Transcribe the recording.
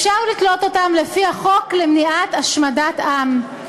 אפשר לתלות אותם לפי החוק למניעת השמדת עם.